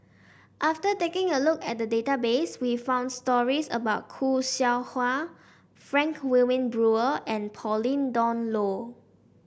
after taking a look at the database we found stories about Khoo Seow Hwa Frank Wilmin Brewer and Pauline Dawn Loh